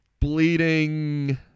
bleeding